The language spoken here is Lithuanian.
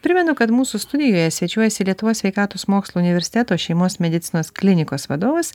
primenu kad mūsų studijoje svečiuojasi lietuvos sveikatos mokslų universiteto šeimos medicinos klinikos vadovas